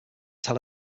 tel